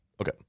okay